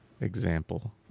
example